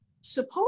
suppose